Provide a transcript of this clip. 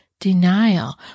denial